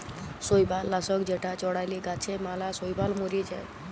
শৈবাল লাশক যেটা চ্ড়ালে গাছে ম্যালা শৈবাল ম্যরে যায়